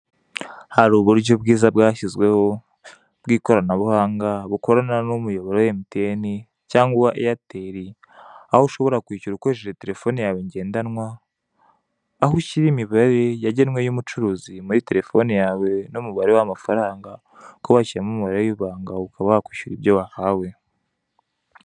Hari uburyo bwiza bwashyizweho, bw'ikoranabuhanga, bukorana n'umuyoboro wa MTN cyangwa uwa Airtel, aho ushobora kwishyura ukoresheje telephone yawe ngendanwa, aho ushyira imibare yagenwe y'umucuruzi muri telefone yawe n'umubare w'ibanga, ukaba wakwishyura ibyo wahawe.